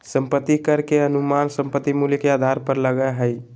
संपत्ति कर के अनुमान संपत्ति मूल्य के आधार पर लगय हइ